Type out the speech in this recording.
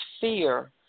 fear